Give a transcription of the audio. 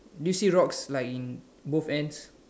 do you see rocks like in both ends